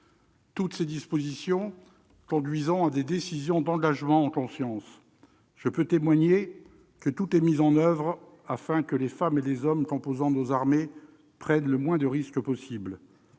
Toutes ces dispositions conduisent à des décisions d'engagement en conscience. Je peux en témoigner : tout est mis en oeuvre, afin que les femmes et les hommes composant nos armées prennent le moins de risque possible.